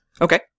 Okay